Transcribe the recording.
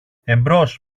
εμπρός